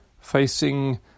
facing